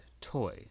toy